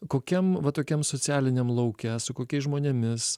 kokiam va tokiam socialiniam lauke su kokiais žmonėmis